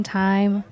time